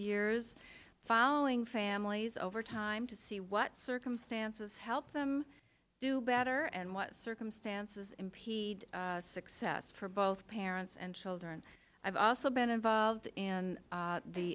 years following families over time to see what circumstances help them do better and what circumstances impede success for both parents and children i've also been involved